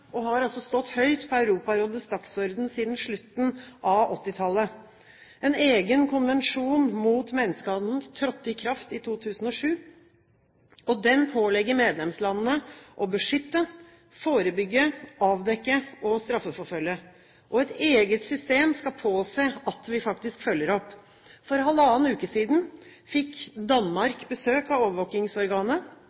og har stått høyt på Europarådets dagsorden siden slutten av 1980-tallet. En egen konvensjon mot menneskehandel trådte i kraft i 2007, og den pålegger medlemslandene å beskytte ofre, forebygge, avdekke og straffeforfølge. Et eget system skal påse at vi faktisk følger opp. For halvannen uke siden fikk